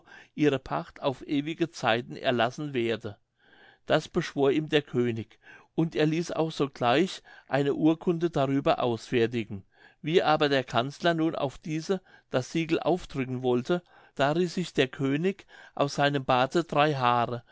ihre pacht auf ewige zeiten erlassen werde das beschwor ihm der könig und er ließ auch sogleich eine urkunde darüber ausfertigen wie aber der kanzler nun auf diese das siegel aufdrücken wollte da riß sich der könig aus seinem barte drei haare